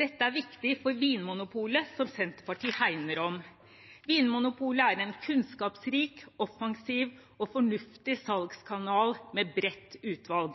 Dette er viktig for Vinmonopolet, som Senterpartiet hegner om. Vinmonopolet er en kunnskapsrik, offensiv og fornuftig salgskanal med bredt utvalg.